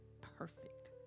perfect